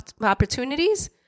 opportunities